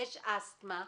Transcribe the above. יש אסטמה,